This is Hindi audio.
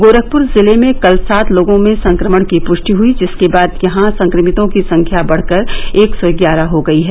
गोरखपुर जिले में कल सात लोगों में संक्रमण की पृष्टि हुई जिसके बाद यहां संक्रमितों की संख्या बढ़कर एक सौ ग्यारह हो गयी है